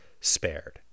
spared